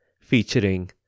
featuring